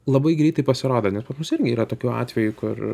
labai greitai pasirodo nes pas mus irgi yra tokių atvejų kur